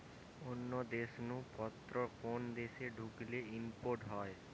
অন্য দেশ নু জিনিস পত্র কোন দেশে ঢুকলে ইম্পোর্ট হয়